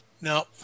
No